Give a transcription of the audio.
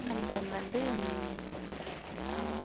and then வந்து